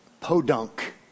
podunk